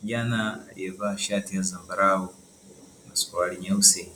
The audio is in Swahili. Kijana aliyevaa shati la zambarau na suruali nyeusi